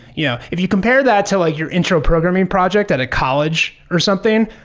yeah if you compare that to like your intro-programming project at a college or something,